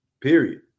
Period